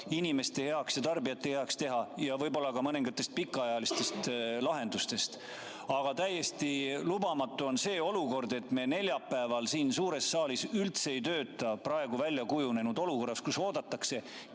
inimeste ja tarbijate heaks teha, ja võib-olla ka mõningatest pikaajalistest lahendustest. Aga täiesti lubamatu on see olukord, et me neljapäeval siin suures saalis üldse ei tööta praegu väljakujunenud olukorras, kus oodatakse